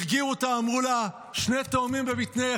הרגיעו אותה ואמרו לה: שני תאומים בבטנך,